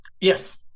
Yes